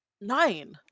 Nine